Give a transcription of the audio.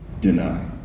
Deny